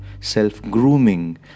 self-grooming